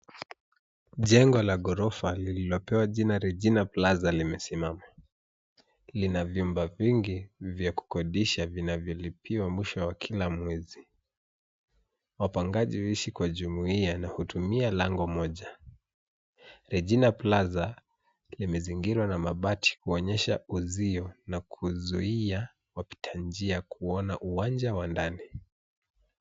Jengo la gorofa lililopewa jina Regina Plaza limesimama. Lina vyumba vingi vya kukodisha vinavyolipiwa mwisho wa kila mwezi. Wapangaji huishi kwa jumuiya na hutumia lango moja. Regina Plaza limezingirwa na mabati kuonyesha uzio na kuzuia wapita njia koona uwanja wa ndani.